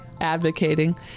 advocating